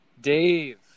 Dave